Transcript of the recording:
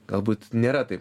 galbūt nėra taip